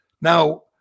Now